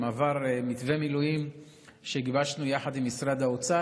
אתמול עבר מתווה מילואים שגיבשנו יחד עם משרד האוצר,